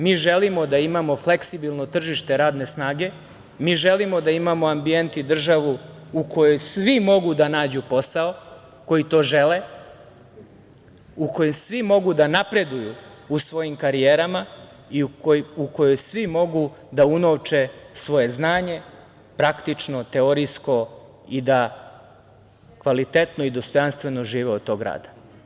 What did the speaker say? Mi želimo da imamo fleksibilno tržište radne snage, mi želimo da imamo ambijent i državu u kojoj svi mogu da nađu posao koji to žele, u kojoj svi mogu da napreduju u svojim karijerama i u kojoj svi mogu da unovče svoje znanje, praktično, teorijsko i da kvalitetno i dostojanstvo žive od tog rada.